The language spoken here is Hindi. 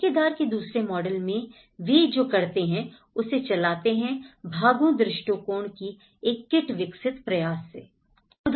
ठेकेदार के दूसरे मॉडल में वे जो करते हैं उसे चलाते हैं भागों दृष्टिकोण की एक किट विकसित प्रयास से